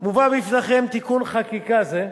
מובא בפניכם תיקון חקיקה זה,